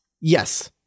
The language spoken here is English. Yes